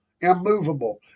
immovable